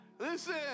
Listen